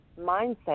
mindset